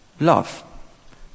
love